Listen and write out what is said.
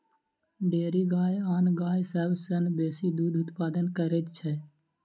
dairy गाय आन गाय सभ सॅ बेसी दूध उत्पादन करैत छै